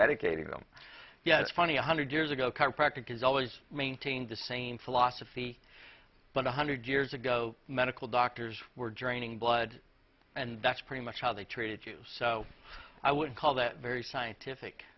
medicating them yeah it's funny one hundred years ago chiropractors always maintained the same philosophy but one hundred years ago medical doctors were draining blood and that's pretty much how they treated you so i would call that very scientific